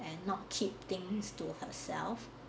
and not keep things to herself